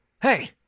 Hey